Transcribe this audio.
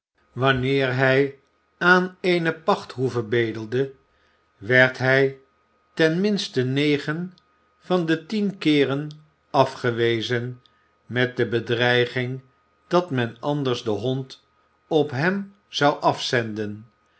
wanneer hij aan eene pachthoeve bedelde werd hij ten minste negen van de tien keeren afgewezen met de bedreiging dat men anders den hond op hem zou afzenden